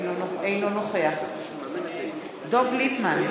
אינו נוכח דב ליפמן,